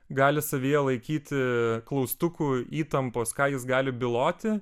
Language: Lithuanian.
gali savyje laikyti klaustukų įtampos ką jis gali byloti